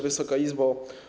Wysoka Izbo!